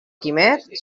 quimet